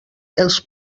els